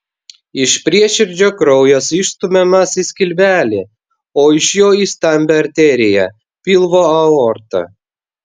iš prieširdžio kraujas išstumiamas į skilvelį o iš jo į stambią arteriją pilvo aortą